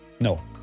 No